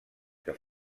que